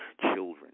children